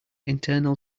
internal